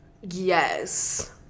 Yes